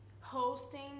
hosting